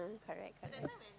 correct correct